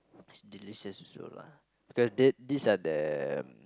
it's delicious also lah because that these are the